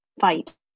fight